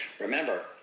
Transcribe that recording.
remember